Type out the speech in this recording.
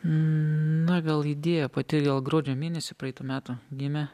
na gal idėja pati gal gruodžio mėnesį praeitų metų gimė